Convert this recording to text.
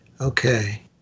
Okay